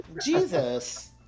Jesus